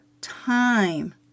time